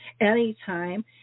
anytime